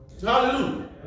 Hallelujah